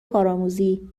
کارآموزی